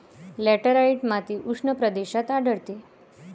laterite माती उष्ण प्रदेशात आढळते